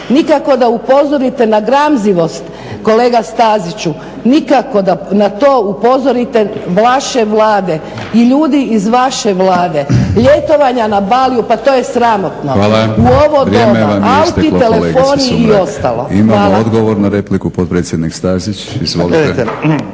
Nikako da upozorite na gramzivost kolega Staziću, nikako da na to upozorite vaše Vlade i ljudi iz vaše Vlade ljetovanja na Baliju, pa to je sramotno. U ovo doba. Auti, telefoni i ostalo. Hvala. **Batinić, Milorad (HNS)** Hvala.